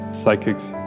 psychics